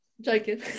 Joking